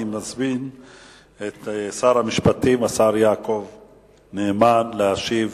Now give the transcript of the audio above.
אני מזמין את שר המשפטים, השר יעקב נאמן, להשיב